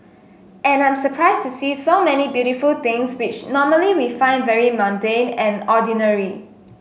and I'm surprised to see so many beautiful things which normally we find very mundane and ordinary